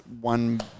one